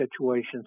situations